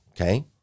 okay